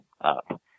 up